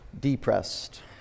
depressed